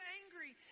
angry